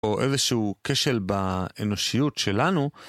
או איזשהו כשל באנושיות שלנו,